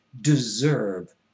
deserve